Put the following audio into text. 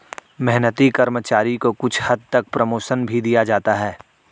मेहनती कर्मचारी को कुछ हद तक प्रमोशन भी दिया जाता है